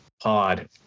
pod